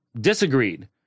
disagreed